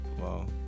wow